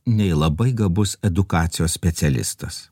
nei labai gabus edukacijos specialistas